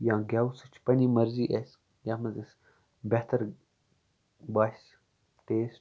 یا گیو سُہ چھِ پَننۍ مَرضی اَسہِ یَتھ مَنٛز اَسہِ بہتر باسہِ ٹیسٹ